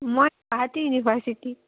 মই গুৱাহাটী ইউনিভাৰ্চিটি